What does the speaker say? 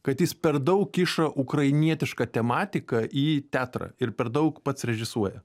kad jis per daug kiša ukrainietišką tematiką į teatrą ir per daug pats režisuoja